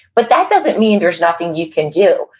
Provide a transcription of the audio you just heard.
but that doesn't mean there's nothing you can do.